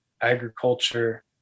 agriculture